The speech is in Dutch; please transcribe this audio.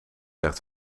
echt